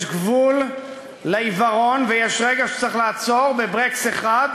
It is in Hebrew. יש גבול לעיוורון ויש רגע שצריך לעצור בברקס אחד,